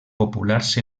populars